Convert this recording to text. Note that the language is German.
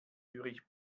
zürich